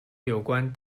有关